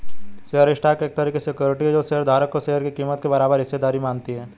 share stock एक तरह की सिक्योरिटी है जो शेयर धारक को शेयर की कीमत के बराबर हिस्सेदार बनाती है